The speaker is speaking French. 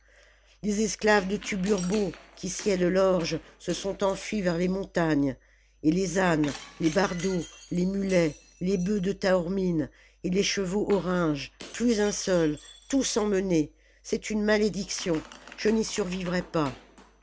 les esclaves de tuburbo qui sciaient de l'orge se sont enfuis vers les montagnes et les ânes les bardeaux les mulets les bœufs de taormine et les chevaux orjnges plus un seul tous emmenés c'est une malédiction je n'y survivrai pas